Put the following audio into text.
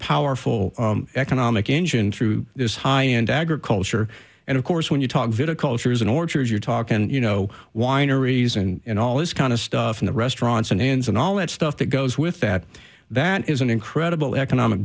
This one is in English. powerful economic engine through this high end agriculture and of course when you talk video culture is an orchard you're talking and you know wineries and all this kind of stuff in the restaurants and ends and all that stuff that goes with that that is an incredible economic